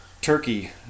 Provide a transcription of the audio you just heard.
turkey